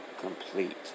complete